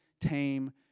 tame